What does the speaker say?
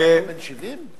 אתה בן 70?